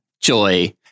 JOY